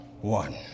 one